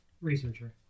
Researcher